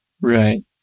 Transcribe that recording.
Right